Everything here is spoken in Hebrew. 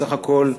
בסך הכול,